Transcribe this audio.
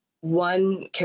one